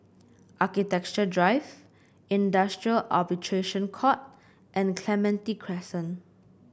Architecture Drive Industrial Arbitration Court and Clementi Crescent